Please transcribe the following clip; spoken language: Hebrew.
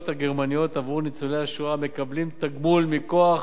הגרמניות בעבור ניצולי השואה המקבלים תגמולים מכוח